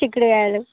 చిక్కుడుకాయలు